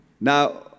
Now